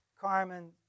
Carmen